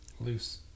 loose